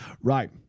Right